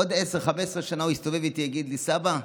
עוד 10, 15 שנה, הוא יסתובב איתי ויגיד לי: סבא,